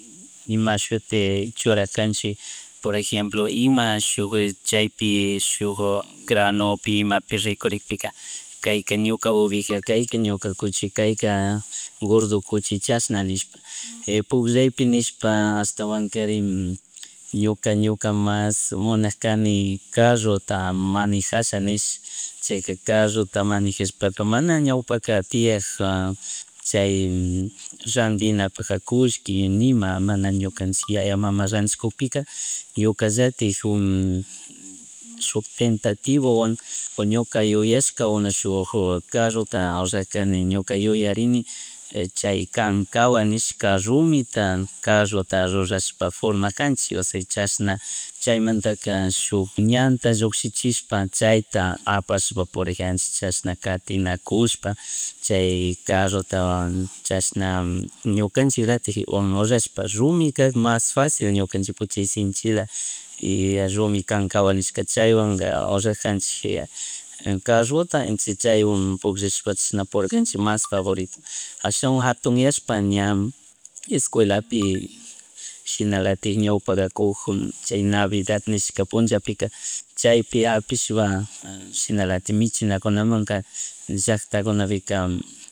Ima shuti churarkanchik por ejemplo ima shuk chaypi shuk granopi imapi rikurikpika kayka ñuka oveja, kayka ñuka cuchi, kayka gordo kuchi chashna nishpa pukllaypi nishpa ashtawankari ñuka, ñuka mas mungkani carota manejasha nesh chayka carota manejashpaka mana ñawpaka tiyakjaka chay randinapaja kullki nima, mana ñukanchik yaya, mama randishkukpika ñukallatik shuk tentativawan ñuka yuyashka o manashuk carrota rurarkani, ñuka yuyarini chay kan kankawsan nishka rumita carrota rurashpa formajanchik ose chashna chaymantaka shuk ñanta llushichishpa chayta apapashpa purijanchik chashna katinakushpa chay carrota chashna ñunakanchik latik urashpa rumi kag mas facil ñukanchikpu chay sinchila y rumi kankawan nishka chaywanka urrajanchik carrota entonceska chaywan pukllashpa chishna purircanchik mas favorito. Ashawan jatuyanshpa ña escuelapi y shinalatik ñawpaga kug chay navidad nishka punllapika chay pi japishpa shinalatik michinamunka, llacktakunapika